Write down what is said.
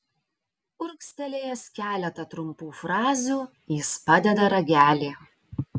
urgztelėjęs keletą trumpų frazių jis padeda ragelį